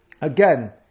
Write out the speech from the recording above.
again